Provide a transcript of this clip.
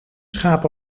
schaap